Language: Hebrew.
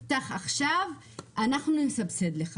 סבסוד.